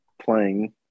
playing